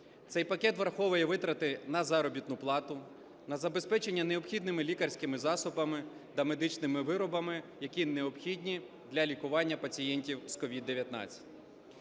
Цей пакет враховує витрати на заробітну плату, на забезпечення необхідними лікарськими засобами та медичними виробами, які необхідні для лікування пацієнтів з СOVID-19.